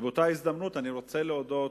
באותה הזדמנות, אני רוצה להודות